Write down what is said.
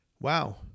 wow